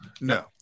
No